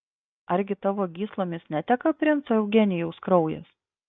argi tavo gyslomis neteka princo eugenijaus kraujas